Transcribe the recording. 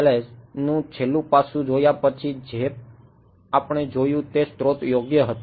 PML's નું છેલ્લું પાસું જોયા પછી જે આપણે જોયું તે સ્રોત યોગ્ય હતું